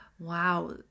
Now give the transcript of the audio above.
Wow